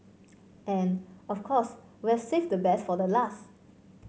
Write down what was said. and of course we'll save the best for the last